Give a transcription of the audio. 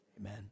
Amen